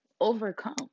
overcome